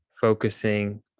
focusing